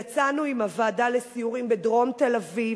יצאתי עם הוועדה לסיורים בדרום תל-אביב,